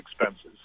expenses